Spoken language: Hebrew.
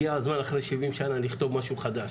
הגיע הזמן אחרי 70 שנה לכתוב משהו חדש,